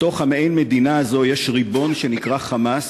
בתוך המעין-מדינה הזו יש ריבון שנקרא 'חמאס',